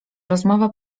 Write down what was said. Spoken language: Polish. rozmowa